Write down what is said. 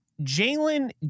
Jalen